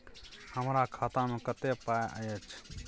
हमरा खाता में कत्ते पाई अएछ?